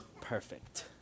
Perfect